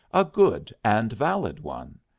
a good and valid one.